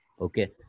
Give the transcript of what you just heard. okay